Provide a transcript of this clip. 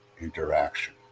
interaction